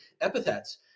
epithets